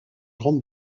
grande